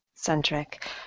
centric